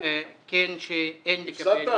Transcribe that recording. -- כן, שאין לקבל.